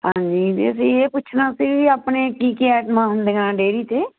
ਹਾਂਜੀ ਤੇ ਅਸੀਂ ਇਹ ਪੁੱਛਣਾ ਸੀ ਵੀ ਆਪਣੇ ਕੀ ਕੀ ਐਟਮਾਂ ਹੁੰਦੀਆਂ ਡੇਰੀ ਤੇ